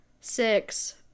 six